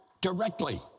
directly